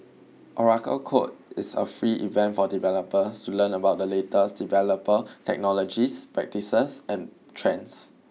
Oracle Code is a free event for developers to learn about the latest developer technologies practices and trends